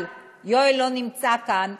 אבל, יואל לא נמצא כאן.